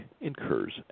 incurs